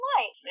Light